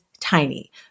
tiny